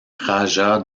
raja